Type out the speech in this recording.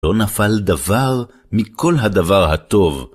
לא נפל דבר מכל הדבר הטוב.